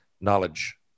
knowledge